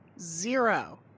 Zero